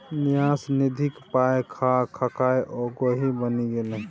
न्यास निधिक पाय खा खाकए ओ गोहि बनि गेलै